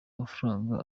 amafaranga